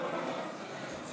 אוי, תודה.